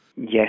Yes